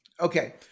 Okay